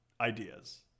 ideas